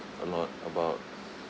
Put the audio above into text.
a lot about